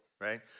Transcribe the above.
right